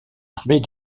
armées